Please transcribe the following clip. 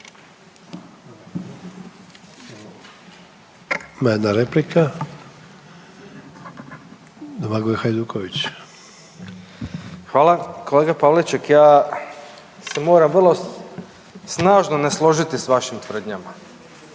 Hvala. Kolega Pavliček, ja se moram vrlo snažno ne složiti s vašim tvrdnjama.